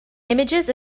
images